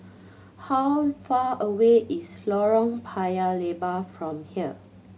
how far away is Lorong Paya Lebar from here